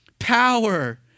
power